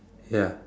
ya